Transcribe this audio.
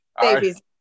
babies